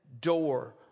door